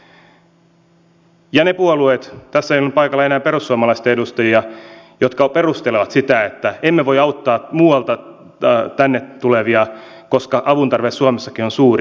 ja ne puolueet tässä ei ole nyt paikalla enää perussuomalaisten edustajia jotka perustelevat sitä että emme voi auttaa muualta tänne tulevia sillä että avun tarve suomessakin on suuri